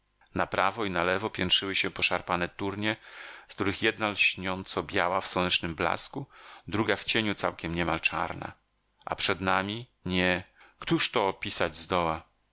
na prawo i na lewo piętrzyły się poszarpane turnie z których jedna lśniąco biała w słonecznym blasku druga w cieniu całkiem niemal czarna a przed nami nie któż to opisać